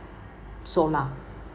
solar